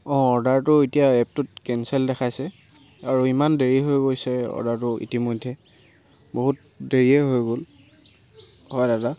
অঁ অৰ্ডাৰটো এতিয়া এপটোত কেনচেল দেখাইছে আৰু ইমান দেৰি হৈ গৈছে অৰ্ডাৰটো ইতিমধ্যে বহুত দেৰিয়ে হৈ গ'ল হয় দাদা